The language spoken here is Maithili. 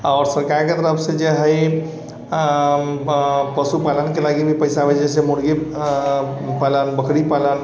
आओर सरकारके तरफसँ जे हइ पशु पालनके लागी भी पैसा अबै छै जइसे मुर्गी पालन बकरी पालन